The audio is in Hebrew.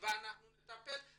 אנחנו נטפל בזה.